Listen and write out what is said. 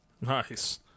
Nice